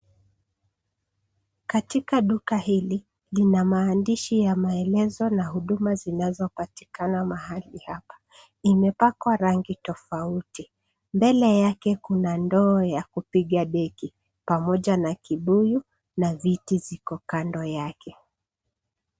Katika duka hili, lina maandishi ya maelezo na huduma zinazopatikana mahali hapa. Imepakwa rangi tofauti. Mbele yake kuna ndoo ya kupiga deki, pamoja na kibuyu na viti ziko kando yake.